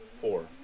four